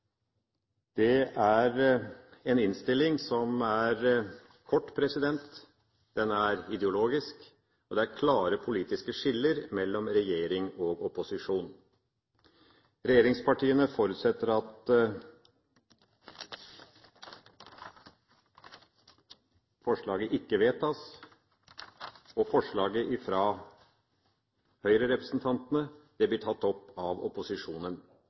Det er en innstilling som er kort, den er ideologisk, og det er klare politiske skiller mellom regjering og opposisjon. Regjeringspartiene forutsetter at forslaget ikke vedtas, og forslaget fra Høyre-representantene blir tatt opp av opposisjonen.